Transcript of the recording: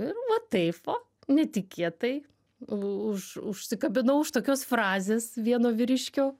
ir va taip va netikėtai už užsikabinau už tokios frazės vieno vyriškio